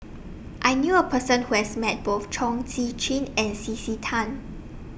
I knew A Person Who has Met Both Chong Tze Chien and C C Tan